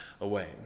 away